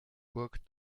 burg